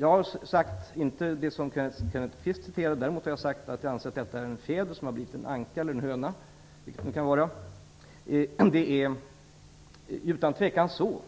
Jag har inte sagt det som Kenneth Kvist citerade. Däremot har jag sagt att jag anser att detta är en fjäder som har blivit en anka eller höna, vilket det nu kan vara. Det är utan tvekan så